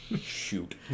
Shoot